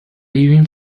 leaving